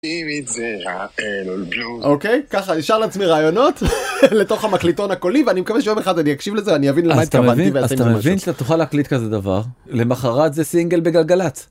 אוקיי ככה אני שר לעצמי רעיונות לתוך המקליטון הקולי ואני מקווה שיום אחד אני אקשיב לזה ואני אבין למה התכוונתי. אז אתה מבין, אתה מבין שאתה תוכל להקליט כזה דבר למחרת זה סינגל בגלגלץ.